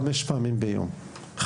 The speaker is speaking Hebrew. חמש פעמים בשבוע.